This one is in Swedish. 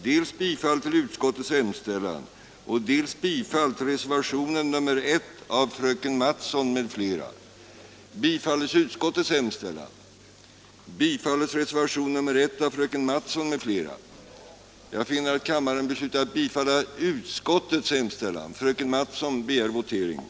den det ej vill röstar nej. värden den det ej vill röstar nej. den det ej vill röstar nej.